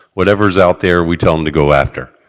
whatever is out there, we tell him to go after.